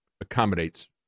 accommodates